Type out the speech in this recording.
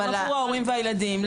גם עבור ההורים והילדים.